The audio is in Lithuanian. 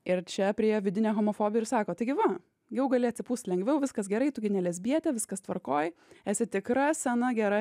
ir čia priėjo vidinė homofobė ir sako taigi va jau gali atsipūst lengviau viskas gerai tu gi ne lesbietė viskas tvarkoj esi tikra sena gera